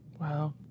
Wow